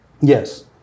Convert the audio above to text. Yes